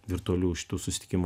virtualių šitų susitikimų